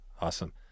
Awesome